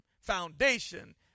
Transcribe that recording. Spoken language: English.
foundation